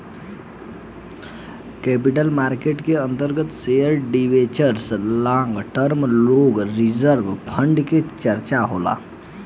capital market के अंतर्गत share debenture long term loan reserve fund के चर्चा होला